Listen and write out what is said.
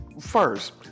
first